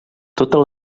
totes